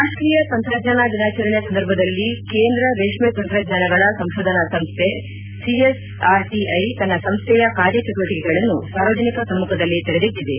ರಾಷ್ಟೀಯ ತಂತ್ರಜ್ಞಾನ ದಿನಾಚರಣೆ ಸಂದರ್ಭದಲ್ಲಿ ಕೇಂದ್ರ ರೇಷ್ಠೆ ತಂತ್ರಜ್ಞಾನಗಳ ಸಂಶೋಧನಾ ಸಂಸ್ಥೆ ಸಿಎಸ್ಆರ್ ಟ ಐ ತನ್ನ ಸಂಸೈಯ ಕಾರ್ಯಚಟುವಟಕೆಗಳನ್ನು ಸಾರ್ವಜನಿಕ ಸಮ್ಮಖದಲ್ಲಿ ತೆರೆದಿಟ್ಟದೆ